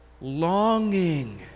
longing